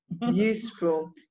Useful